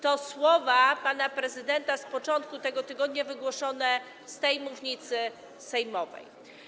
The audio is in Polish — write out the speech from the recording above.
To słowa pana prezydenta z początku tego tygodniu wygłoszone z mównicy sejmowej.